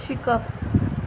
शिकप